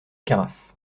carafe